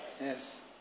Yes